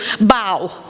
bow